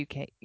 UK